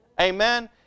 Amen